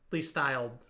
styled